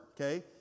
okay